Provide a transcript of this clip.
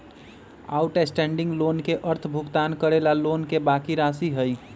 outstanding loan के अर्थ भुगतान करे ला लोन के बाकि राशि हई